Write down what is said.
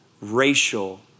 racial